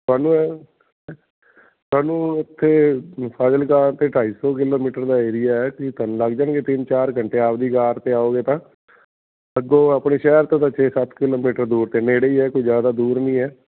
ਸਾਨੂੰ ਸਾਨੂੰ ਇੱਥੇ ਫਾਜ਼ਿਲਕਾ ਤੇ ਢਾਈ ਸੌ ਕਿਲੋਮੀਟਰ ਦਾ ਏਰੀਆ ਹੈ ਕਿ ਤੁਹਾਨੂੰ ਲੱਗ ਜਾਣਗੇ ਤਿੰਨ ਚਾਰ ਘੰਟੇ ਆਪ ਦੀ ਕਾਰ 'ਤੇ ਆਓਗੇ ਤਾਂ ਅੱਗੋਂ ਆਪਣੇ ਸ਼ਹਿਰ ਤੋਂ ਤਾਂ ਛੇ ਸੱਤ ਕਿਲੋਮੀਟਰ ਦੂਰ 'ਤੇ ਨੇੜੇ ਹੀ ਹੈ ਕੋਈ ਜ਼ਿਆਦਾ ਦੂਰ ਨਹੀਂ ਹੈ